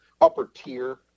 upper-tier